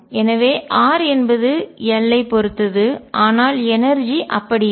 எனவே r என்பது l ஐப் பொறுத்தது ஆனால் எனர்ஜிஆற்றல் அப்படி இல்லை